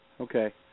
Okay